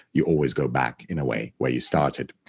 you always go back, in a way, where you started.